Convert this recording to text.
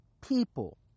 people